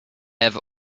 have